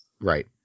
right